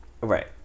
Right